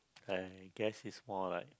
I guess it's more like